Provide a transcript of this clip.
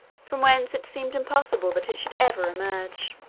from whence it seemed impossible that it should ever emerge.